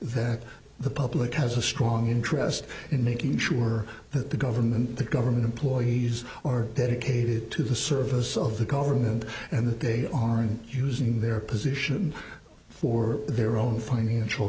that the public has a strong interest in making sure that the government the government employees or dedicated to the service of the government and that they aren't using their position for their own financial